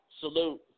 Salute